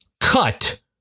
cut